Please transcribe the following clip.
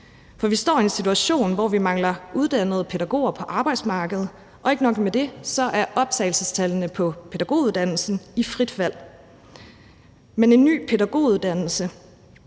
For vi står i en situation, hvor vi mangler uddannede pædagoger på arbejdsmarkedet, og ikke nok med det, så er optagelsestallene på pædagoguddannelsen i frit fald. Men en ny pædagoguddannelse